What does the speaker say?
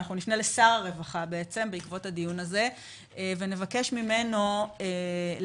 ואנחנו נפנה לשר הרווחה בעקבות הדיון הזה ונבקש ממנו להקים